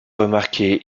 remarqué